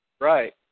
Right